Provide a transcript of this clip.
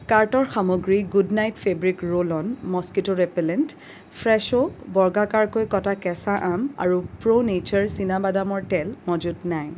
কাৰ্টৰ সামগ্ৰী good night fabric roll on mosquito repellent Fresho বৰ্গাকাৰকৈ কটা কেঁচা আম আৰু প্ৰো নেচাৰ চীনাবাদামৰ তেল মজুত নাই